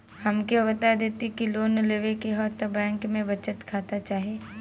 हमके बता देती की लोन लेवे के हव त बैंक में बचत खाता चाही?